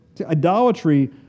Idolatry